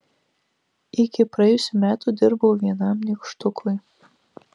iki praėjusių metų dirbau vienam nykštukui